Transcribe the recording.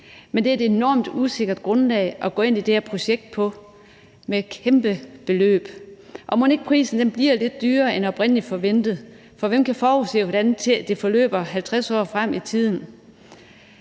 men det er et enormt usikkert grundlag at gå ind i det her projekt på med et kæmpe beløb, og mon ikke prisen bliver lidt dyrere end oprindelig forventet, for hvem kan forudse, hvordan det forløber 50 år frem i tiden?